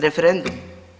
Referendum?